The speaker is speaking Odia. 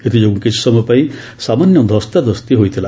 ଏଥିଯୋଗୁଁ କିଛି ସମୟପାଇଁ ସାମାନ୍ୟ ଧସ୍ତାଧସ୍ତି ହୋଇଥିଲା